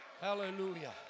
hallelujah